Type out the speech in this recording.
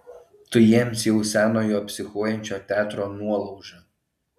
tu jiems jau senojo psichuojančio teatro nuolauža